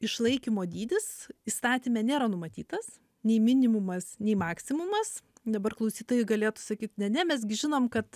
išlaikymo dydis įstatyme nėra numatytas nei minimumas nei maksimumas dabar klausytojai galėtų sakyt ne ne mes gi žinom kad